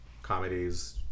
comedies